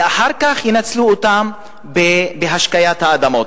ואחר כך ינצלו אותם להשקיית האדמות.